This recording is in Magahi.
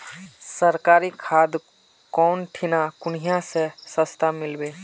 सरकारी खाद कौन ठिना कुनियाँ ले सस्ता मीलवे?